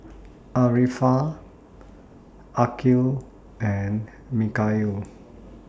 Arifa Aqil and Mikhail